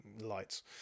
lights